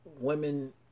women